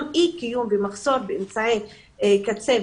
גם אי קיום ומחסור באמצעי קצה,